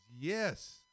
Yes